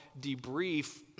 debrief